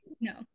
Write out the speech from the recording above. no